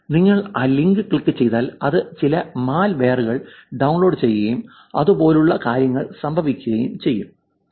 നിങ്ങൾ ഈ ലിങ്കിൽ ക്ലിക്ക് ചെയ്താൽ അത് ചില മാൽവെയറുകൾ ഡൌൺലോഡ് ചെയ്യുകയും അതുപോലുള്ള കാര്യങ്ങൾ സംഭവിക്കുകയും ചെയ്യും